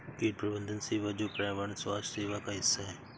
कीट प्रबंधन सेवा जो पर्यावरण स्वास्थ्य सेवा का हिस्सा है